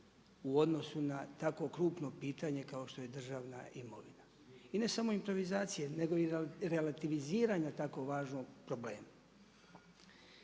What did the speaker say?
u odnosu na tako krupno pitanje kao što je državna imovina. I ne samo improvizacije, nego i relativiziranja tako važnog problema.